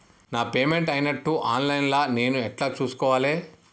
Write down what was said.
నా పేమెంట్ అయినట్టు online లా నేను ఎట్ల చూస్కోవాలే?